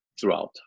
throughout